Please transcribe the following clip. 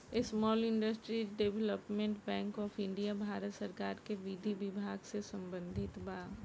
small industries development bank of India Bharat सरकार के विधि विभाग से संबंधित बा